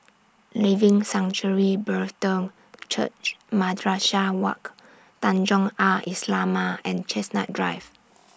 Living Sanctuary Brethren Church Madrasah Wak Tanjong Al Islamiah and Chestnut Drive